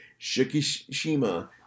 Shikishima